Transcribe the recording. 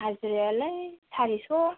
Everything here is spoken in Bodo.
हाजिरायालाय सारिस'